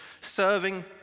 serving